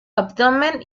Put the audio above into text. abdomen